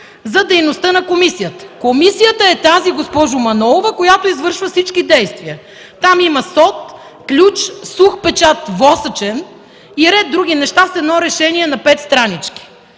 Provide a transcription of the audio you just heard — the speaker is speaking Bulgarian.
за дейността на комисията. Комисията е тази, госпожо Манолова, която извършва всички действия. Там има СОТ, ключ, восъчен сух печат и ред други неща в едно решение на 5 странички.